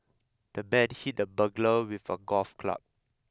the man hit the burglar with a golf club